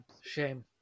Shame